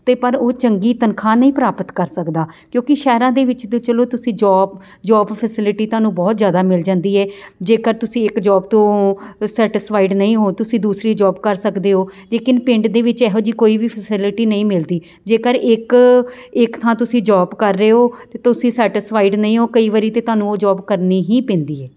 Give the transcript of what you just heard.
ਅਤੇ ਪਰ ਉਹ ਚੰਗੀ ਤਨਖਾਹ ਨਹੀਂ ਪ੍ਰਾਪਤ ਕਰ ਸਕਦਾ ਕਿਉਂਕਿ ਸ਼ਹਿਰਾਂ ਦੇ ਵਿੱਚ ਤਾਂ ਚਲੋ ਤੁਸੀਂ ਜੋਬ ਜੋਬ ਫੈਸਲਿਟੀ ਤੁਹਾਨੂੰ ਬਹੁਤ ਜ਼ਿਆਦਾ ਮਿਲ ਜਾਂਦੀ ਹੈ ਜੇਕਰ ਤੁਸੀਂ ਇੱਕ ਜੋਬ ਤੋਂ ਅ ਸੈਟਿਸਫਾਈਡ ਨਹੀਂ ਹੋ ਤੁਸੀਂ ਦੂਸਰੀ ਜੋਬ ਕਰ ਸਕਦੇ ਹੋ ਲੇਕਿਨ ਪਿੰਡ ਦੇ ਵਿੱਚ ਇਹੋ ਜਿਹੀ ਕੋਈ ਵੀ ਫੈਸਿਲਿਟੀ ਨਹੀਂ ਮਿਲਦੀ ਜੇਕਰ ਇੱਕ ਇੱਕ ਥਾਂ ਤੁਸੀਂ ਜੋਬ ਕਰ ਰਹੇ ਹੋ ਅਤੇ ਤੁਸੀਂ ਸੈਟਿਸਫਾਈਡ ਨਹੀਂ ਹੋ ਕਈ ਵਾਰੀ ਤਾਂ ਤੁਹਾਨੂੰ ਉਹ ਜੋਬ ਕਰਨੀ ਹੀ ਪੈਂਦੀ ਹੈ